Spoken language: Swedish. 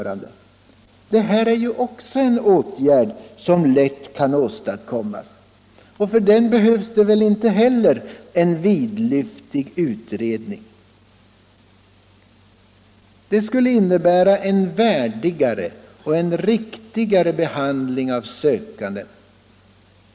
Det här är ju också en åtgärd som lätt kan åstadkommas, och för den behövs det inte heller någon vidlyftig utredning. Det skulle innebära en värdigare och riktigare behandling av en sökande.